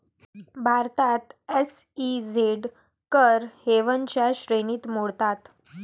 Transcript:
भारतात एस.ई.झेड कर हेवनच्या श्रेणीत मोडतात